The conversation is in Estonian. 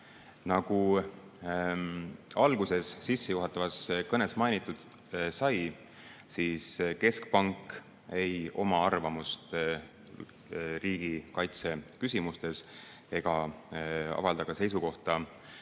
Nagu alguses sissejuhatavas kõnes mainitud sai, keskpank mõistagi ei oma arvamust riigikaitseküsimustes ega avalda seisukohta,